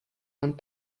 want